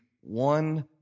one